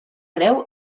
creu